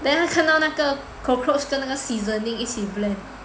then 他看到那个 cockroach 跟那个 seasoning 一起冰冷的